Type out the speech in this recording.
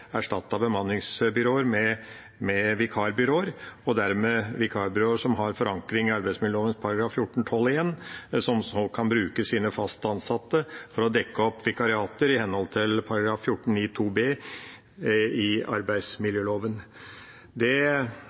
bemanningsbyråer med vikarbyråer, vikarbyråer som har forankring i arbeidsmiljøloven § 14-12 , som så kan bruke sine faste ansatte for å dekke opp vikariater i henhold til § 14-9 b) i arbeidsmiljøloven. Det